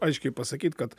aiškiai pasakyt kad